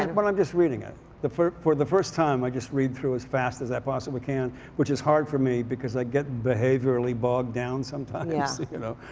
and when i'm just reading it for for the first time i just read through as fast as i possibly can. which is hard for me because i get behaviorally bogged down sometimes, yeah you know.